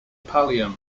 pallium